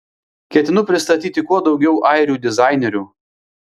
ketinu pristatyti kuo daugiau airių dizainerių